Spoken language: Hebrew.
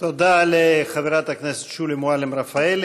תודה לחבר הכנסת שולי מועלם-רפאלי.